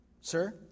sir